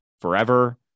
forever